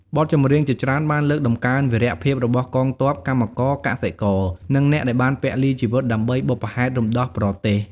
បទចម្រៀងជាច្រើនបានលើកតម្កើងវីរភាពរបស់កងទ័ព កម្មករ កសិករ និងអ្នកដែលបានពលីជីវិតដើម្បីបុព្វហេតុរំដោះប្រទេស។